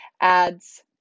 ads